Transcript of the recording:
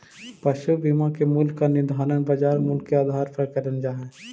पशु बीमा के मूल्य का निर्धारण बाजार मूल्य के आधार पर करल जा हई